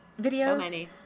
videos